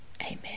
Amen